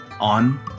on